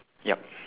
yup